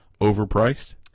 Overpriced